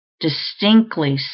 distinctly